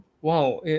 wow